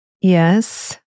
Yes